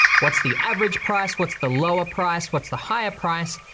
what's the average price, what's the lower price, what's the higher price,